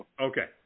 okay